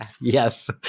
Yes